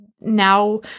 now